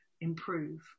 improve